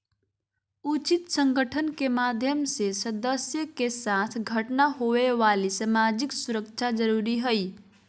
उचित संगठन के माध्यम से सदस्य के साथ घटना होवे वाली सामाजिक सुरक्षा जरुरी हइ